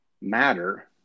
matter